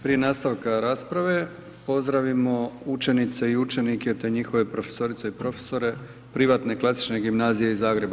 Prije nastavka rasprave pozdravimo učenice i učenike te njihove profesorice i profesore Privatne klasične gimnazije iz Zagreba.